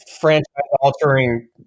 franchise-altering